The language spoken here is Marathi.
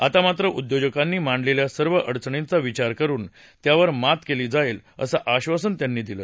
आता मात्र उद्योजकांनी मांडलेल्या सर्व अडचणींचा विचार करून त्यावर मात केली जाईल असं आब्बासन त्यांनी दिलं